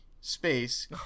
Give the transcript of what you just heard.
space